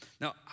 Now